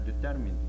determined